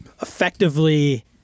effectively